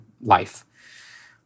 life